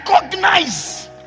recognize